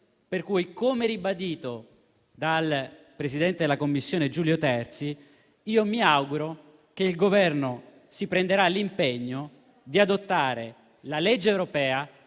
Pertanto, come ribadito dal presidente della 4a Commissione Terzi Di Sant'Agata, mi auguro che il Governo si prenderà l'impegno di adottare la legge europea